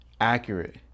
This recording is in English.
Accurate